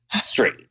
straight